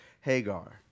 Hagar